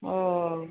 ᱚᱻ